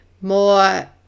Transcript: more